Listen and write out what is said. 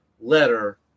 letter